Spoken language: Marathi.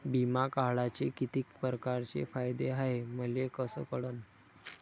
बिमा काढाचे कितीक परकारचे फायदे हाय मले कस कळन?